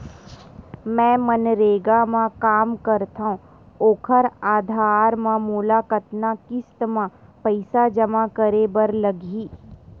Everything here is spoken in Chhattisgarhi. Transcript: मैं मनरेगा म काम करथव, ओखर आधार म मोला कतना किस्त म पईसा जमा करे बर लगही?